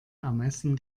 ermessen